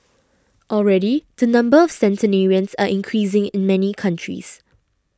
already the number of centenarians are increasing in many countries